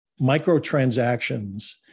microtransactions